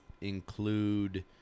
include